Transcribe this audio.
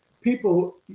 People